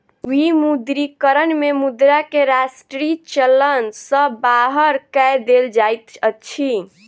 विमुद्रीकरण में मुद्रा के राष्ट्रीय चलन सॅ बाहर कय देल जाइत अछि